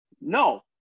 No